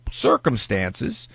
circumstances